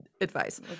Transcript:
advice